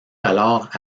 alors